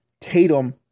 Tatum